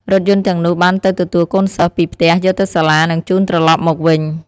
រថយន្តទាំងនោះបានទៅទទួលកូនសិស្សពីផ្ទះយកទៅសាលានិងជូនត្រឡប់មកវិញ។